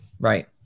right